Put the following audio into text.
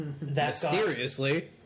Mysteriously